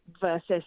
versus